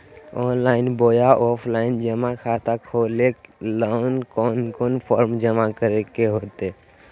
Online बोया offline जमा खाता खोले ले कोन कोन फॉर्म जमा करे होते?